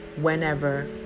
whenever